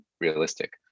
realistic